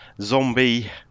zombie